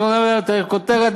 כותרת,